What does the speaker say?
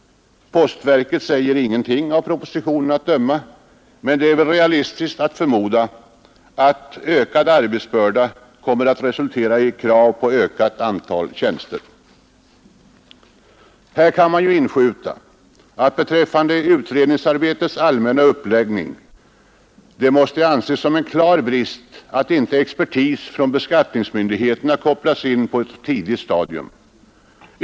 Postverket säger ingenting — av propositionen att döma — men det är väl realistiskt att förmoda att ökad arbetsbörda kommer att resultera i krav på ökat antal tjänster. Här kan inskjutas att beträffande utredningsarbetets allmänna uppläggning måste det anses som en klar brist att inte expertis från beskattningsmyndigheterna kopplats in på ett tidigt stadium.